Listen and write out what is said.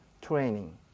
training